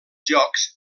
jocs